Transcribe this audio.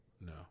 No